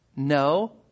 No